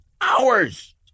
hours